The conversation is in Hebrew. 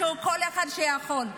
כל אחד יעשה משהו שהוא יכול.